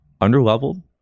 underleveled